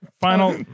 Final